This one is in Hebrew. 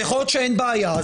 יכול להיות שאין בעיה,